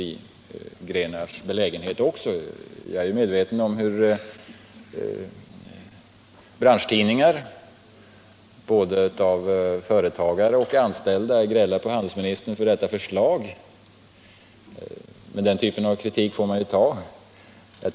Jag vill nämna att jag är medveten om att både företagare och anställda i branschtidningar grälar på mig för det här förslaget, men den typen av kritik får man ju tåla.